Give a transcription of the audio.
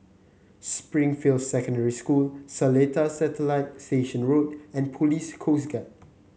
Springfield Secondary School Seletar Satellite Station Road and Police Coast Guard